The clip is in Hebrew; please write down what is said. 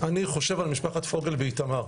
אני חושב על משפחת פוגל באיתמר.